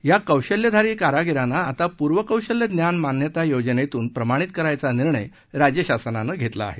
या कौशल्यधारी कारागिरांना आता पूर्व कौशल्य ज्ञान मान्यता योजनेतून प्रमाणित करण्याचा निर्णय राज्य शासनाने घेतला आहे